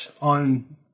on